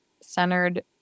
centered